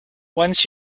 once